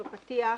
בפתיח,